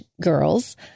girls